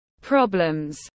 Problems